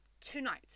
tonight